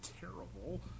terrible